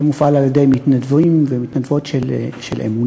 זה מופעל על-ידי מתנדבים ומתנדבות של "אמונה"